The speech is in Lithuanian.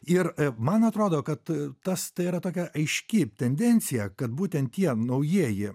ir man atrodo kad tas tai yra tokia aiški tendencija kad būtent tie naujieji